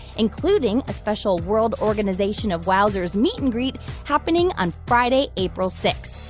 including a special world organization of wowzers meet-and-greet happening on friday, april six.